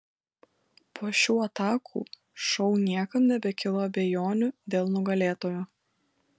po šių atakų šou niekam nebekilo abejonių dėl nugalėtojo